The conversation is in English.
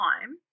time